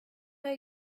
are